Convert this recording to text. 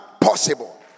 possible